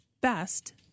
best